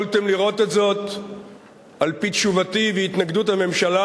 יכולתם לראות את זאת על-פי תשובתי והתנגדות הממשלה